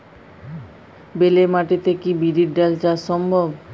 বেলে মাটিতে কি বিরির ডাল চাষ সম্ভব?